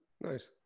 nice